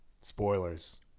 Spoilers